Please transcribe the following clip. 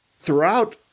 throughout